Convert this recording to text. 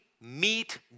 meet